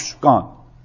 Gone